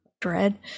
dread